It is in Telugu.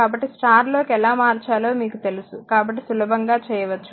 కాబట్టి స్టార్ లోకి ఎలా మార్చాలో మీకు తెలుసు కాబట్టి సులభంగా చేయవచ్చు